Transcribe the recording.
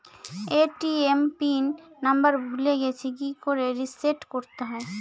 ATM PIN number ভুলে গেছি কি করে রিসেট করতে হয়?